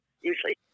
usually